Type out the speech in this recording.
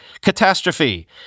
catastrophe